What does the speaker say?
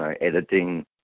editing